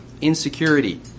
insecurity